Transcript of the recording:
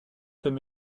comme